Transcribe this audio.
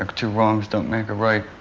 two wrongs don't make a right.